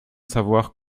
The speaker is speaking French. savoir